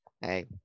Hey